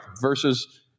versus